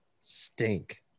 stink